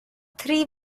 three